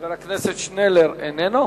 חבר הכנסת שנלר איננו?